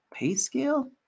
PayScale